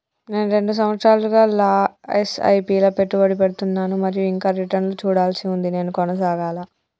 నేను రెండు సంవత్సరాలుగా ల ఎస్.ఐ.పి లా పెట్టుబడి పెడుతున్నాను మరియు ఇంకా రిటర్న్ లు చూడాల్సి ఉంది నేను కొనసాగాలా?